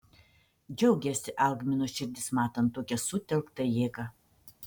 džiaugiasi algmino širdis matant tokią sutelktą jėgą